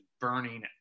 burning